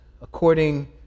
according